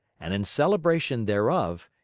and in celebration thereof,